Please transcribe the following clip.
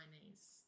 Chinese